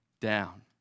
down